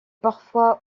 parfois